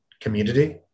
community